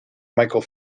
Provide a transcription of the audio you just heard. michael